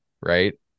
Right